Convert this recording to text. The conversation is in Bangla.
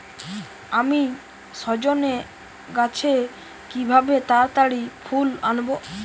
আমি সজনে গাছে কিভাবে তাড়াতাড়ি ফুল আনব?